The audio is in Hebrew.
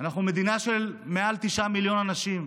אנחנו מדינה של מעל תשעה מיליון אנשים.